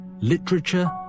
literature